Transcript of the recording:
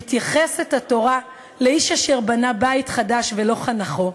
מתייחסת התורה לאיש אשר בנה בית חדש ולא חנכו,